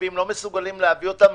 מחשבים לא מסוגלים להביא אותם,